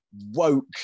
woke